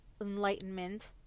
enlightenment